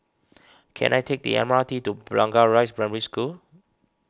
can I take the M R T to Blangah Rise Primary School